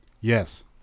Yes